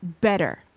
better